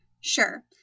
Sure